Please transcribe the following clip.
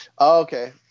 Okay